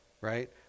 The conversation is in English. right